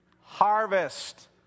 harvest